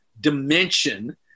dimension